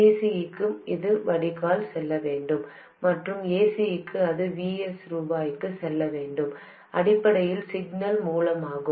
dc க்கு அது வடிகால் செல்ல வேண்டும் மற்றும் ac க்கு அது Vs ரூபாய்க்கு செல்ல வேண்டும் அடிப்படையில் சிக்னல் மூலமாகும்